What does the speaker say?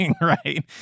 right